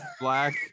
Black